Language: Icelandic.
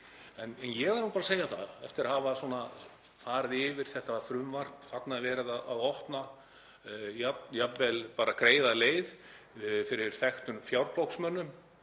En ég verð bara að segja það eftir að hafa farið yfir þetta frumvarp að þarna er verið að opna jafnvel að greiða leið fyrir þekkta fjárplógsmenn,